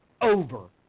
over